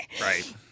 right